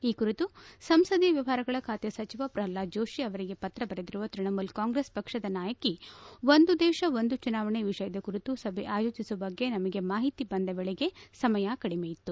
ಈ ಕುರಿತು ಸಂಸದೀಯ ವ್ಯವಹಾರಗಳ ಖಾತೆ ಸಚಿವ ಪ್ರಹ್ಲಾದ್ ಜೋಷಿ ಅವರಿಗೆ ಪತ್ರ ಬರೆದಿರುವ ತ್ರಣ ಮೂಲ ಕಾಂಗ್ರೆಸ್ ಪಕ್ಷದ ನಾಯಕಿ ಒಂದು ದೇಶ ಒಂದು ಚುನಾವಣೆ ವಿಷಯದ ಕುರಿತು ಸಭೆ ಆಯೋಜಿಸುವ ಬಗ್ಗೆ ನಮಗೆ ಮಾಹಿತಿ ಬಂದ ವೇಳೆಗೆ ಸಮಯ ಕಡಿಮೆ ಇತ್ತು